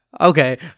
okay